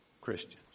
Christians